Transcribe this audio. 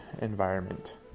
environment